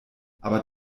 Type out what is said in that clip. aber